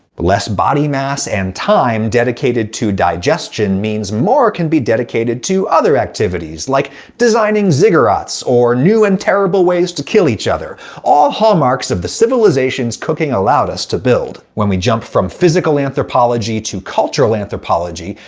less body mass and time dedicated to digestion means more can be dedicated to other activities, like designing ziggurats or new and terrible ways to kill each other all hallmarks of the civilizations cooking allowed us to build. when we jump from physical anthropology to cultural anthropology,